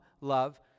love